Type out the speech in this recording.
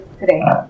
today